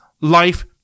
life